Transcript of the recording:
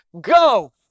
go